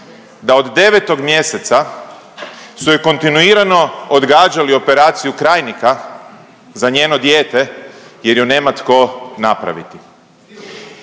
da od 9. mjeseca su joj kontinuirano odgađali operaciju krajnika za njeno dijete jer ju nema tko napraviti.